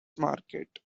market